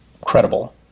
credible